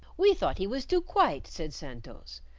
we thought he was too quite, said santos.